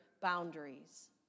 boundaries